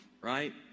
right